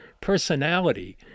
personality